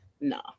no